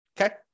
Okay